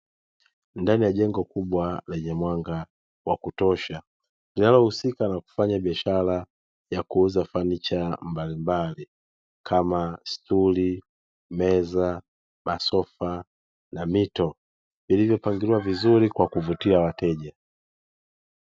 Ndani ya jengo kubwa lenye mwanga wa kutosha. Linalohusika na kufanya biashara ya fanicha mbalimbali kama stuli, meza, masofa na mito; ilivyopangiliwa vizuri kwa kuvutia wateja.